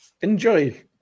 Enjoy